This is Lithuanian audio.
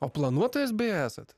o planuotojas beje esat